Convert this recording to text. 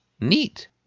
neat